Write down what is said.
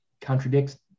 contradicts